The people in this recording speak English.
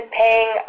paying